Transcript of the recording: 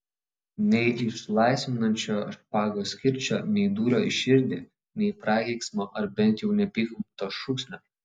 nei išlaisvinančio špagos kirčio nei dūrio į širdį nei prakeiksmo ar bent jau neapykantos šūksnio